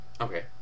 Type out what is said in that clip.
Okay